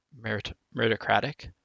meritocratic